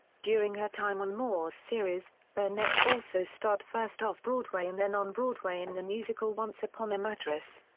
during her time on moore's series, burnett also starred first off-broadway and then on broadway in the musical once upon a mattress.